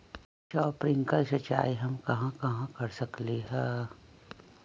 Sprinkle सिंचाई हम कहाँ कहाँ कर सकली ह?